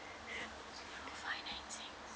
financing